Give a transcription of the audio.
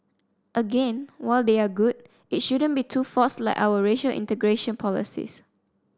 again while they are good it shouldn't be too forced like our racial integration policies